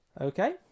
Okay